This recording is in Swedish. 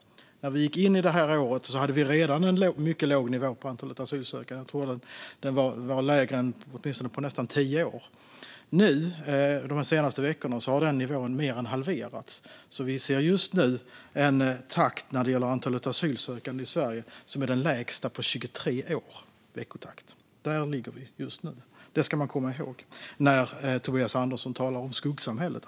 När vi gick in i det här året hade vi redan en mycket låg nivå på antalet asylsökande; jag tror att den var lägre än på nästan tio år. Nu, de senaste veckorna, har denna nivå mer än halverats. Vi ser just nu en veckotakt när det gäller antalet asylsökande till Sverige som är den lägsta på 23 år. Där ligger vi just nu; det ska man komma ihåg när Tobias Andersson talar om skuggsamhället.